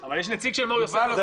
אבל יש נציג של מור יוסף בוועדה.